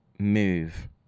move